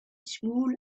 small